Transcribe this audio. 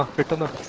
of the